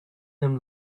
them